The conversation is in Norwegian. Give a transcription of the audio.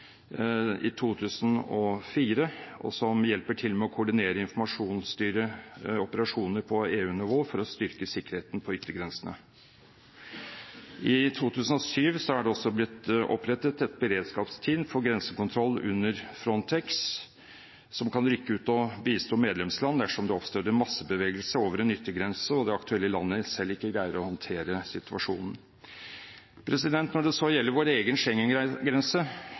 hjelper til med å koordinere informasjonsstyrte operasjoner på EU-nivå for å styrke sikkerheten på yttergrensene. I 2007 er det også blitt opprettet et beredskapsteam for grensekontroll under Frontex, som kan rykke ut og bistå et medlemsland dersom det oppstår en massebevegelse over en yttergrense, og det aktuelle landet selv ikke greier å håndtere situasjonen. Når det så gjelder vår egen